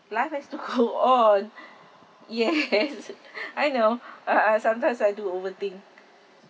life has to go on yes I know I I sometimes I do overthink